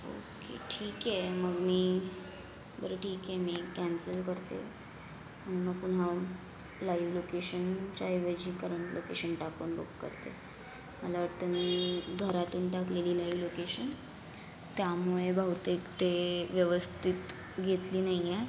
okay ठीक आहे मग मी बरं ठीक आहे मी कॅन्सल करते मग पुन्हा लाईव लोकेशनच्या ऐवजी करंट लोकेशन टाकून बुक करते मला वाटतं मी घरातून टाकलेली लाईव लोकेशन त्यामुळे बहुतेक ते व्यवस्थित घेतली नाही आहे